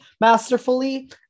masterfully